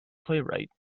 playwright